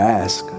ask